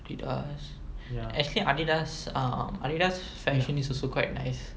adidas adidas um adidas fashion is also quite nice